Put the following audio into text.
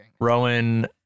Rowan